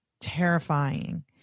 terrifying